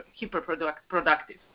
hyper-productive